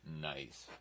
Nice